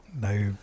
No